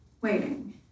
waiting